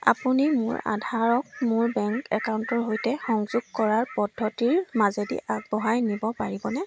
আপুনি মোৰ আধাৰক মোৰ বেংক একাউণ্টৰ সৈতে সংযোগ কৰাৰ পদ্ধতিৰ মাজেদি আগবঢ়াই নিব পাৰিবনে